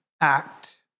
act